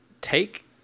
take